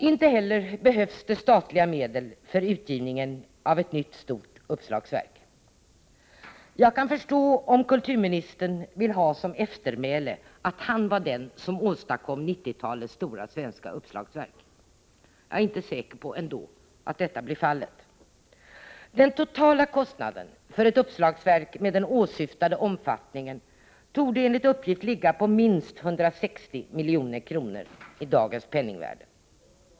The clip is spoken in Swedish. Inte heller behövs det statliga medel för utgivningen av ett nytt stort uppslagsverk. Jag kan förstå om kulturministern vill ha som eftermäle att han var den som åstadkom 1990-talets stora svenska uppslagsverk. Jag är ändå inte säker på att detta blir fallet. Den totala kostnaden för ett uppslagsverk med den åsyftade omfattningen torde enligt uppgift ligga på minst 160 milj.kr. i dagens penningvärde.